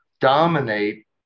Dominate